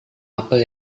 apel